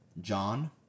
John